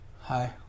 Hi